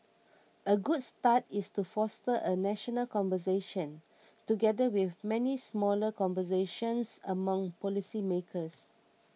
a good start is to foster a national conversation together with many smaller conversations among policy makers